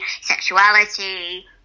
sexuality